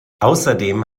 außerdem